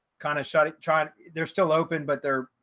kind of shot it tried, they're still open, but they're,